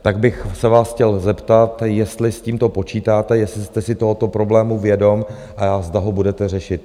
Tak bych se vás chtěl zeptat, jestli s tímto počítáte, jestli jste si tohoto problému vědom a zda ho budete řešit.